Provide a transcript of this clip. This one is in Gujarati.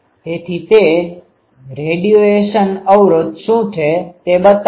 તેથી તે રેડોયેશન અવરોધ શુ છે તે બતાવે છે